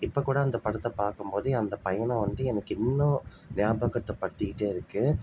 இப்போக்கூட அந்த படத்தை பார்க்கும்போது அந்த பயணம் வந்து எனக்கு இன்னும் ஞாபகத்தை படுத்திக்கிட்டே இருக்குது